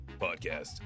Podcast